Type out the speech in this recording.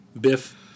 Biff